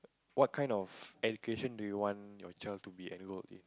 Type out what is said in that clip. what kind of education do you want your child to be enrolled in